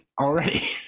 already